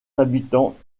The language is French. habitants